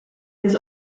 his